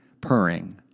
purring